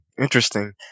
Interesting